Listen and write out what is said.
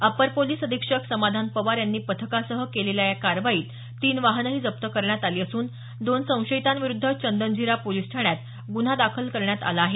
upper police अधीक्षक समाधान पवार यांनी पथकासह केलेल्या या कारवाईत तीन वाहनंही जप्त करण्यात आली असून दोन संशयितांविरुद्ध चंदनझिरा पोलीस ठाण्यात गुन्हा दाखल करण्यात आला आहे